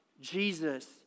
Jesus